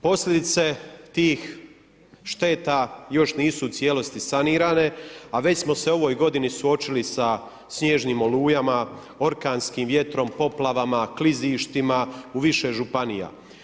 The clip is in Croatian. Posljedice tih šteta još nisu u cijelosti sanirane, a već smo se u ovoj godini suočili sa snježnim olujama, orkanskim vjetrom, poplavama, klizištima u više županija.